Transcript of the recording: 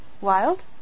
wild